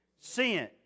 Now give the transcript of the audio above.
Sin